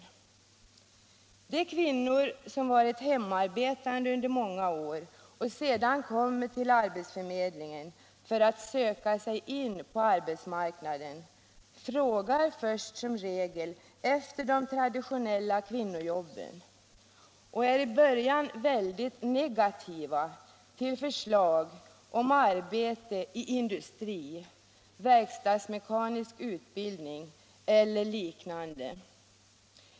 De kvinnor, som varit hemarbetande under många år och sedan kommer till arbetsförmedlingen för att söka sig in på arbetsmarknaden, frågar först som regel efter de traditionella kvinnojobben och är i början väldigt negativa till förslag om arbete i industri, verkstadsmekanisk utbildning eller liknande.